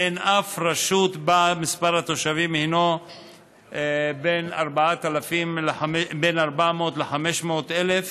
אין שום רשות שבה מספר התושבים הוא בין 400,000 ל-500,000,